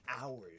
Hours